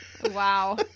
Wow